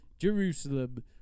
Jerusalem